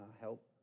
help